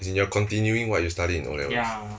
as in you are continuing what you studied in O levels